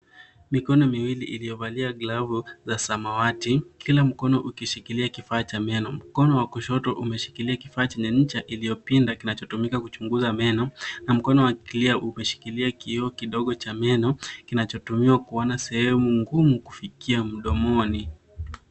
Mikono miwili iliyovalia glavu za samawati kila mkono ukishikilia kifaa cha meno. Mkono wa kushotu umeshikilia kifaa chenye ncha iliyopinda kinachotumika kuchunguza meno na mkono wa kulia umeshikilia kioo kidogo cha meno kinachotumiwa kuona sehemu ngumu kufikia mdomoni.